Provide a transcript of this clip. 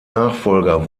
nachfolger